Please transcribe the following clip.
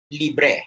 libre